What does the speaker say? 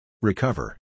Recover